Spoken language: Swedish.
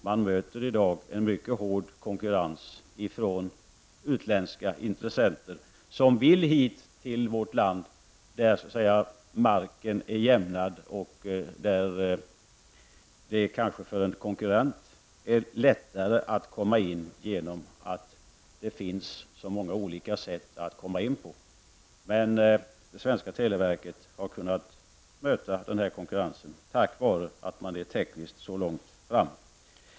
Man möter i dag en mycket hård konkurrens från utländska intressenter som vill hit till vårt land där marken är jämnad och där det kanske för en konkurrent är lättare att komma in genom att det finns så många alternativ. Men det svenska televerket har kunnat möta konkurrensen tack vare att man är tekniskt så långt framme.